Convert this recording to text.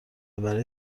برای